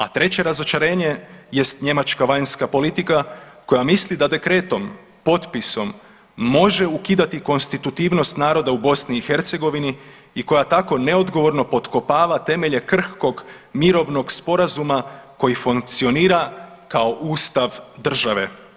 A treće razočarenje jest njemačka vanjska politika koja misli da dekretom, potpisom može ukidati konstitutivnost naroda u Bosni i Hercegovini i koja tako neodgovorno potkopava temelje krhkog mirovnog sporazuma koji funkcionira kao ustav države.